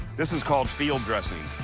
this is called field dressing.